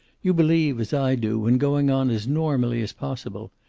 you believe, as i do, in going on as normally as possible.